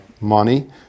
money